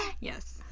Yes